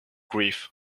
grief